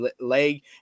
leg